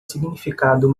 significado